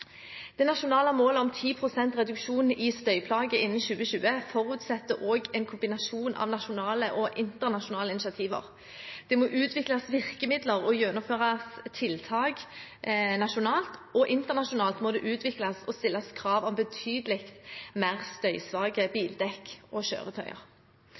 Det nasjonale målet om 10 pst. reduksjon i støyplager innen 2020 forutsetter også en kombinasjon av nasjonale og internasjonale initiativer. Det må utvikles virkemidler og gjennomføres tiltak nasjonalt, og internasjonalt må det utvikles og stilles krav om betydelig mer